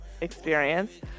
experience